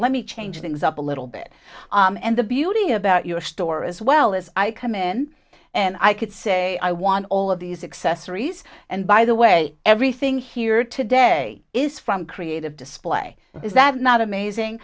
let me change things up a little bit and the beauty about your store as well as i come in and i could say i want all of these excess threes and by the way everything here today is from creative display is that not amazing